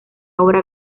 obra